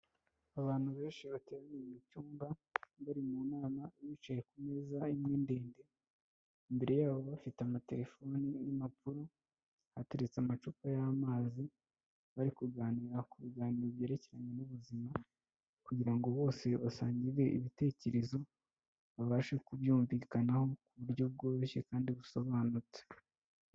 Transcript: Abantu benshi bateraniye mu cyumba bari mu nama, bicaye ku meza imwe ndende, imbere yabo bafite amatelefoni n'impapuro, hateretse amacupa y'amazi, bari kuganira ku biganiro byerekeranye n'ubuzima kugira ngo bose basangire ibitekerezo, bababashe kubyumvikanaho, ku buryo bworoshye kandi busobanutse.